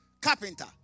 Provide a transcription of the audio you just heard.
carpenter